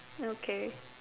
okay